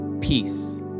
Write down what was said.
peace